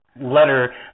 letter